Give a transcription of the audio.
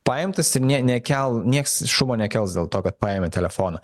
paimtas ir nė nekel nieks šumo nekels dėl to kad paėmė telefoną